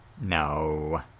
No